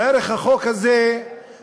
בערך, החוק הזה מזכיר,